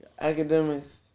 academics